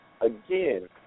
Again